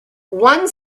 one